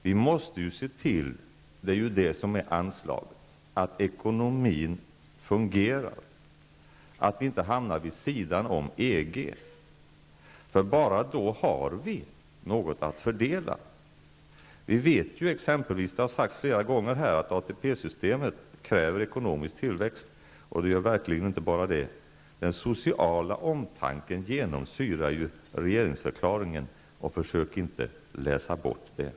Vi måste se till -- det är det som är anslaget -- att ekonomin fungerar så att vi inte hamnar vid sidan av EG. Endast då har vi något att fördela. Vi vet, vilket har sagts flera gånger här, att exempelvis ATP-systemet kräver ekonomisk tillväxt. Det är inte enbart detta som kräver det. Den sociala omtanken genomsyrar regeringsförklaringen. Försök inte att läsa bort detta.